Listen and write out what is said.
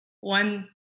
one